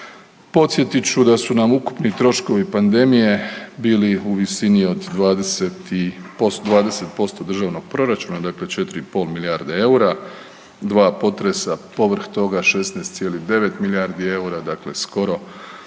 Podsjetit ću da su nam ukupni troškovi pandemije bili u visini od 20% državnog proračuna, dakle 4,5 milijarde eura. 2 potresa, povrh toga 16,9 milijardi, dakle skoro